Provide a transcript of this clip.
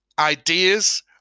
ideas